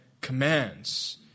commands